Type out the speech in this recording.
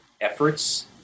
efforts